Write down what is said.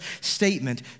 statement